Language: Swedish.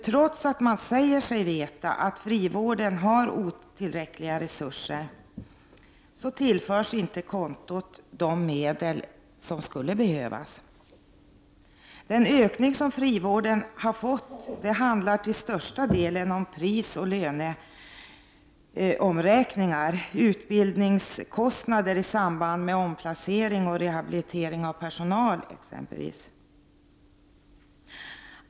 Trots att man säger sig veta att frivården har otillräckliga resurser tillförs inte kontot de medel som skulle behövas. Den ökning som frivården har fått handlar till största delen om prisoch löneomräkningar samt utbildningskostnader i samband med omplacering och rehabilitering av personal.